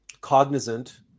cognizant